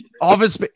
office